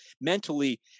mentally